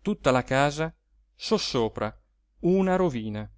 tutta la casa sossopra una rovina